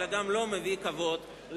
אלא הוא גם לא מביא כבוד לכנסת.